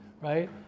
right